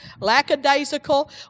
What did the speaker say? lackadaisical